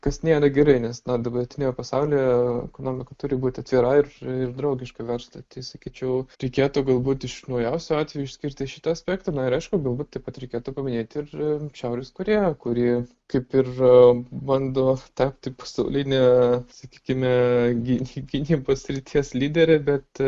kas nėra gerai nes nuo dabartinio pasaulio ekonomika turi būti atvira ir draugiška verslui tai sakyčiau reikėtų galbūt iš naujausių atvejų išskirti šitą aspektą na ir aišku galbūt taip pat reikėtų paminėti ir šiaurės korėją kuri kaip ir bando tapti pasauline sakykime gyny gynybos srities lydere bet